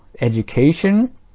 education